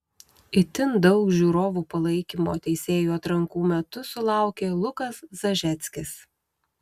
itin daug žiūrovų palaikymo teisėjų atrankų metu sulaukė lukas zažeckis